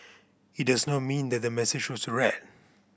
it does not mean that the message was read